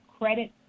credit